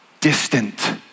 distant